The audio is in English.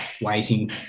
waiting